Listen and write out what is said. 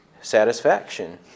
satisfaction